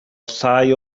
llai